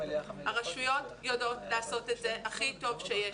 הרשויות יודעות לעשות את זה הכי טוב שיש.